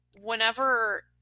whenever